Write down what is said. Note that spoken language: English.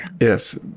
yes